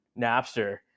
Napster